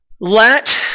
Let